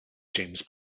james